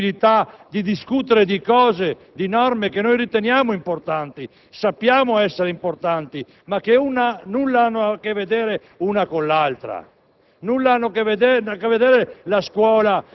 pochezza e dell'impossibilità di discutere di norme che riteniamo importanti, sappiamo essere importanti, ma che nulla hanno a che vedere l'una con l'altra.